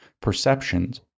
perceptions